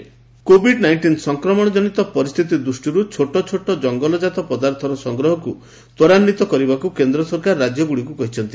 ଗଭ୍ MFP COVID nineteen ସଂକ୍ରମଣଜନିତ ପରିସ୍ଥିତି ଦୃଷ୍ଟିରୁ ଛୋଟ ଛୋଟ ଜଙ୍ଗଲଜାତ ପଦାର୍ଥର ସଂଗ୍ରହକୁ ତ୍ୱରାନ୍ୱିତ କରିବାକୁ କେନ୍ଦ୍ର ସରକାର ରାଜ୍ୟଗୁଡ଼ିକୁ କହିଛନ୍ତି